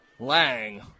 Lang